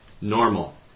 Normal